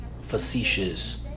facetious